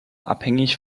abhängig